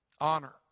Honor